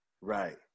Right